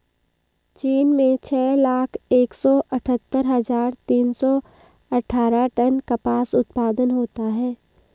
चीन में छह लाख एक सौ अठत्तर हजार तीन सौ अट्ठारह टन कपास उत्पादन होता है